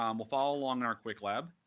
um we'll follow along in our qwiklab.